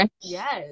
yes